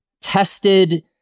tested